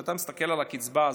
ואתה מסתכל על הקצבה הזאת,